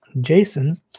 Jason